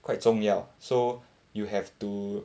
quite 重要 so you have to